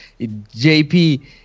JP